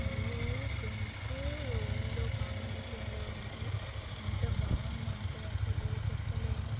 blue pink yellow కాంబినేషన్లో ఉంది ఎంత బాగుందంటే అసలు చెప్పలేను